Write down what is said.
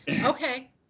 Okay